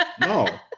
No